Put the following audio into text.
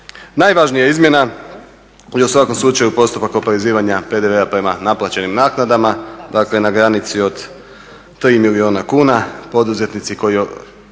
Najvažnija izmjena je u svakom slučaju postupak oporezivanja PDV-a prema naplaćenim naknadama, dakle na granici od 3 milijuna kuna. Poduzetnici koji